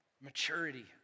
maturity